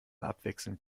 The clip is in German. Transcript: abwechselnd